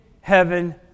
heaven